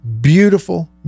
beautiful